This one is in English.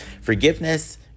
Forgiveness